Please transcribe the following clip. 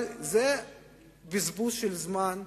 אבל זה בזבוז של זמן,